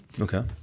Okay